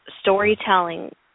storytelling